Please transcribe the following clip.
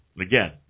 Again